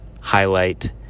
highlight